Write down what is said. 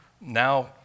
Now